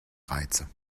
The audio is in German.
reize